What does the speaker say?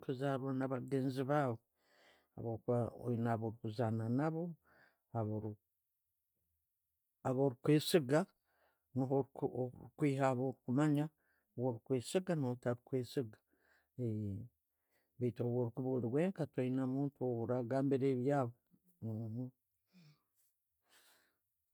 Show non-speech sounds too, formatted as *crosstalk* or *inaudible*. ﻿kuzarwa nabagenzi baawe, bwokuba oyina bokuzarwa nabo, *hesitation* habworikwesiiga, niiho okwiiha aborikumanya orikwesiga no ataali kwesiiga *hesitation* baitu bwokuba oliwenka, toyiina muntugworagambiira ebyaawe *hesitation*